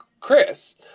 chris